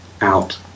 out